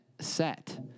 set